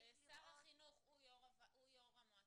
שר החינוך הוא יושב ראש המועצה.